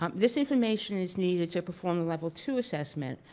um this information is needed to perform a level two assessment.